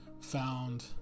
found